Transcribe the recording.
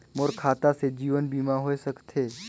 मोर खाता से जीवन बीमा होए सकथे?